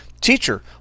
Teacher